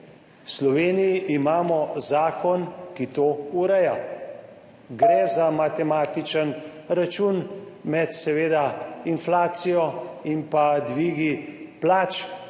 Sloveniji imamo zakon, ki to ureja, gre za matematičen račun med seveda inflacijo in pa dvigi plač